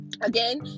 again